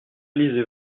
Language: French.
lisez